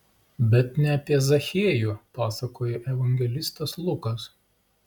bet ne apie zachiejų pasakoja evangelistas lukas